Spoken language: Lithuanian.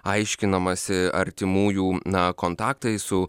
aiškinamasi artimųjų na kontaktai su